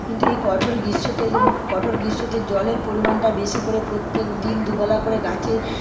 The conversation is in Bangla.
কিন্তু এই কঠোর গ্রীষ্মতে কঠোর গ্রীষ্মতে জলের পরিমাণটা বেশি করে প্রত্যেক দিন দুবেলা করে গাছে